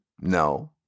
No